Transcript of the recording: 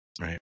right